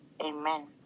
Amen